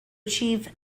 achieve